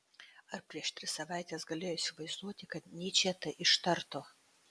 ar prieš tris savaites galėjo įsivaizduoti kad nyčė tai ištartų